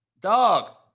Dog